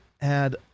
add